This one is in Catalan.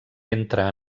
entra